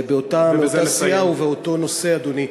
מאותה סיעה ובאותו נושא, אדוני.